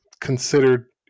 considered